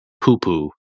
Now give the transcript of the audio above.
poo-poo